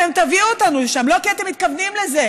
אתם תביאו אותנו לשם לא כי אתם מתכוונים לזה,